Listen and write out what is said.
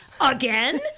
again